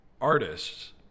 artists